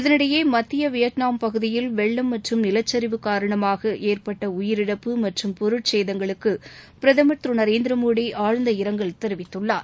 இதனிடையே மத்திய வியட்நாம் பகுதியில் வெள்ளம் மற்றும் நிலக்சரிவு காரணமாக ஏற்பட்ட உயிரிழப்பு மற்றும் பொருட்சேதங்களுக்கு பிரதமர் திரு நரேந்திரமோடி ஆழ்ந்த இரங்கல் தெரிவித்துள்ளார்